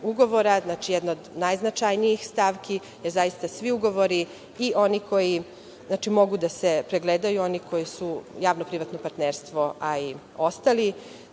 jednu od najznačajnijih stavki, jer zaista svi ugovori, i oni koji mogu da se pregledaju, oni koji su javno-privatno partnerstvo, a i ostali.